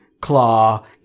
CLAW